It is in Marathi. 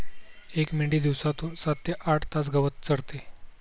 एक मेंढी दिवसातून सात ते आठ तास गवत चरते